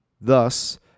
Thus